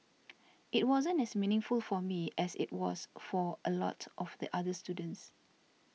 it wasn't as meaningful for me as it was for a lot of the other students